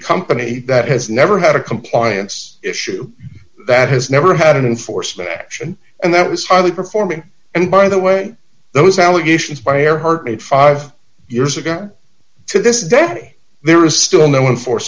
company that has never had a compliance issue that has never had an unforced action and that was highly performing and by the way those allegations by earhart made five years ago to this day there is still no one force